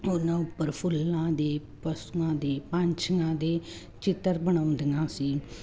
ਉਹਨਾਂ ਉੱਪਰ ਫੁੱਲਾਂ ਦੇ ਪਸ਼ੂਆਂ ਦੇ ਪੰਛੀਆਂ ਦੇ ਚਿੱਤਰ ਬਣਾਉਂਦੀਆਂ ਸੀ